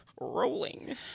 rolling